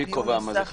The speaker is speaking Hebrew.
מי קובע מה זה החריגים?